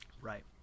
Right